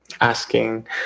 asking